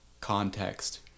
context